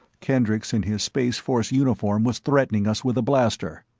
kendricks in his spaceforce uniform was threatening us with a blaster,